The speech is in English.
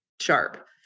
sharp